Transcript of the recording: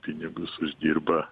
pinigus uždirba